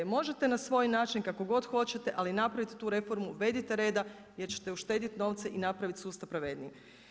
Možete na svoj način, kako god hoćete, ali napravite tu reformu, uvedite reda, jer ćete uštediti novce i napraviti sustav pravednije.